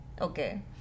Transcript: Okay